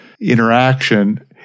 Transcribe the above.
interaction